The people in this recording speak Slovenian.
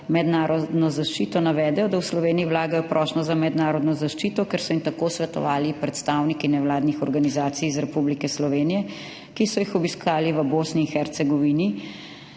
mednarodno zaščito navedejo, da v Sloveniji vlagajo prošnjo za mednarodno zaščito, ker so jim tako svetovali predstavniki nevladnih organizacij iz Republike Slovenije, ki so jih obiskali v Bosni in Hercegovini